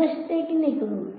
വലത്തേക്ക് നീക്കുന്നു